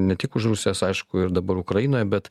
ne tik už rusijos aišku ir dabar ukrainoje bet